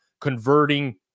converting